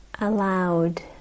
Allowed